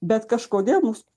bet kažkodėl mus